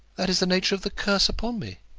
that is the nature of the curse upon me.